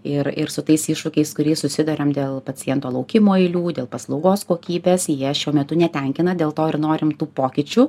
ir ir su tais iššūkiais kuriais susiduriam dėl paciento laukimo eilių dėl paslaugos kokybės jie šiuo metu netenkina dėl to ir norim tų pokyčių